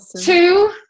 Two